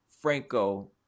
franco